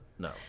No